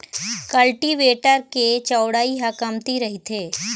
cultivator के चउड़ई ह कमती रहिथे